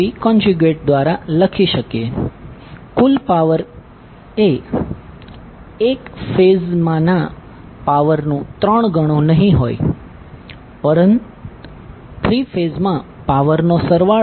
કુલ power એ એક ફેઝમાંના પાવરનું ત્રણ ગણુ નહીં હોય પણ થ્રી ફેઝમાં પાવરનો સરવાળો